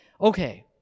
Okay